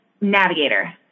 navigator